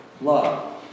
love